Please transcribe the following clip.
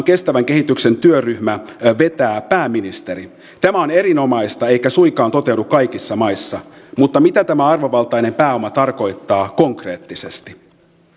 kestävän kehityksen työryhmää vetää pääministeri tämä on erinomaista eikä suinkaan toteudu kaikissa maissa mutta mitä tämä arvovaltainen pääoma tarkoittaa konkreettisesti